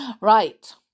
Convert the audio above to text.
Right